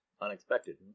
Unexpected